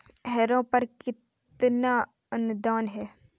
Harrow पर कितना अनुदान है?